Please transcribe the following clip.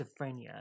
schizophrenia